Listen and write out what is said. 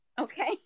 Okay